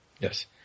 Yes